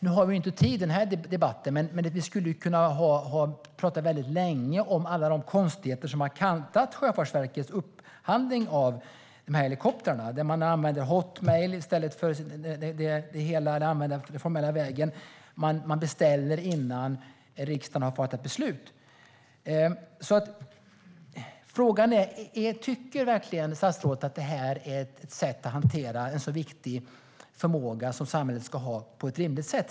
Nu har vi inte tid i den här debatten, men vi skulle kunna prata länge om alla de konstigheter som har kantat Sjöfartsverkets upphandling av helikoptrarna. Man använder hotmail i stället för den formella vägen. Man beställer innan riksdagen har fattat beslut. Tycker verkligen statsrådet att detta är ett rimligt sätt att hantera en så viktig förmåga som samhället ska ha?